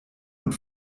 und